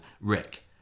Rick